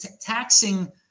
taxing